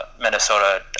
Minnesota